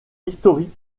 historique